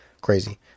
crazy